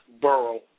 borough